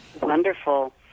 Wonderful